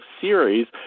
series